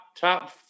top